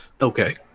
Okay